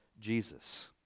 Jesus